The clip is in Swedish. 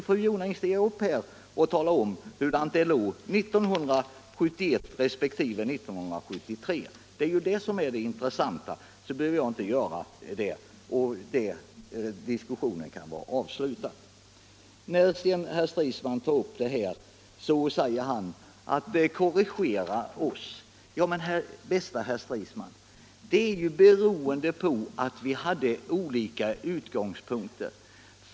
Om fru Jonäng vill tala om hur det var 1971 och jämföra med 1973, så behöver inte jag göra det och diskussionen kan vara avslutad. Herr Stridsman säger att vi har korrigerat oss. Bästa herr Stridsman, det beror ju på att vi hade olika utgångspunkter.